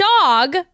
dog